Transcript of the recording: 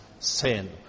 Sin